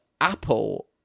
Apple